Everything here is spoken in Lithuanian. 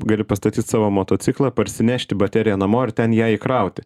gali pastatyt savo motociklą parsinešti bateriją namo ir ten ją įkrauti